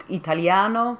italiano